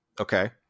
Okay